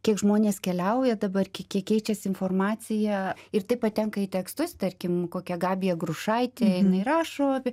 kiek žmonės keliauja dabar kie kiek keičiasi informacija ir tai patenka į tekstus tarkim kokia gabija grušaitė jinai rašo apie